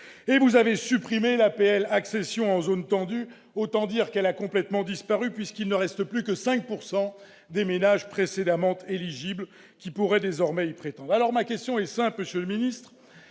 et vous avez supprimé l'APL accession en zone tendue. Autant dire qu'elle a quasiment disparu, puisque seulement 5 % des ménages précédemment éligibles pourront désormais y prétendre. Ma question est simple, monsieur le ministre